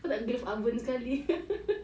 kau tak ada glove oven sekali